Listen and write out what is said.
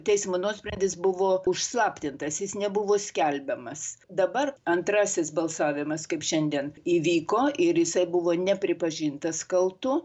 teismo nuosprendis buvo užslaptintas jis nebuvo skelbiamas dabar antrasis balsavimas kaip šiandien įvyko ir jisai buvo nepripažintas kaltu